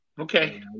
Okay